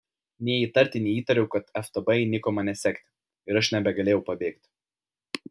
nė įtarti neįtariau kai ftb įniko mane sekti ir aš nebegalėjau pabėgti